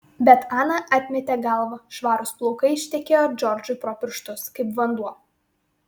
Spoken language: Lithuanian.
bet ana atmetė galvą švarūs plaukai ištekėjo džordžui pro pirštus kaip vanduo